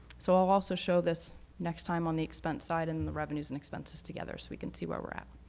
so i will also show this next time on the expense side and and the revenues and expenses together, so we can see where we are